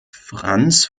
franz